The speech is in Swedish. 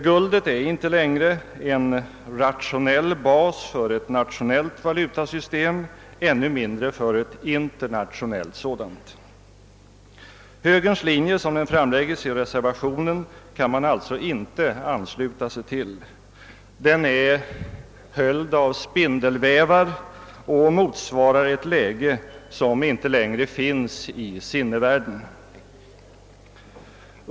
Guldet är inte längre en rationell bas för ett nationellt valutasystem, ännu mindre för ett internationellt system. Högerns linje som den framlägges i reservationen kan man alltså inte ansluta sig till. Den är höljd av spindelvävar och motsvarar ett läge som inte längre finns i sinnevärlden.